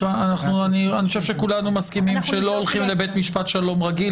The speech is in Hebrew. אני חושב שכולנו מסכימים שלא הולכים לבית משפט שלום רגיל,